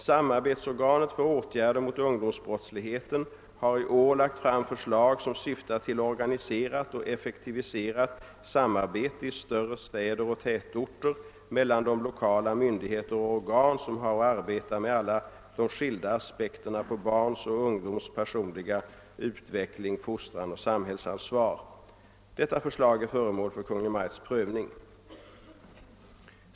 Samarbetsorganet för åtgärder mot ungdomsbrottsligheten har i år lagt fram förslag som syftar till organiserat och effektiviserat samarbete i större städer och tätorter mellan de lokala myndigheter och organ som har att arbeta med alla de skilda aspekterna på barns och ungdoms personliga utveckling, fostran och samhällsansvar. Detta förslag är föremål för Kungl. Maj:ts prövning.